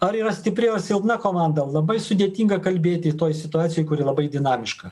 ar yra stipri silpna komanda labai sudėtinga kalbėti toj situacijoj kuri labai dinamiška